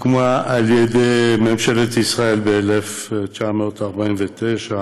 ידי ממשלת ישראל ב-1949,